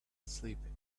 sleeping